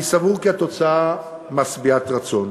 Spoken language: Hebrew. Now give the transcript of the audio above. אני סבור כי התוצאה משביעת רצון